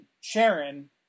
Sharon